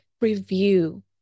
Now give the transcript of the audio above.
review